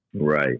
Right